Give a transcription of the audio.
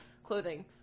Clothing